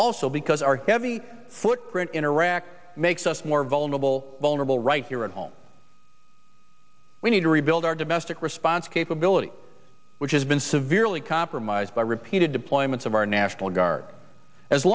also because our heavy footprint in iraq makes us more vulnerable vulnerable right here at home we need to rebuild our domestic response capability which has been severely compromised by repeated deployments of our national guard as